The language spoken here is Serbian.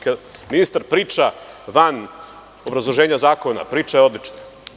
Kada ministar priča van obrazloženja zakona, priča je odlična.